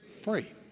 free